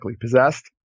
possessed